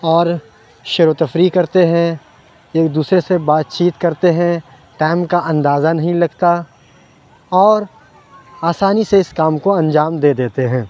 اور شیر وتفریح کرتے ہیں ایک دوسرے سے بات چیت کرتے ہیں ٹائم کا اندازہ نہیں لگتا اور آسانی سے اِس کام کو انجام دے دیتے ہیں